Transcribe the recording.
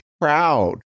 proud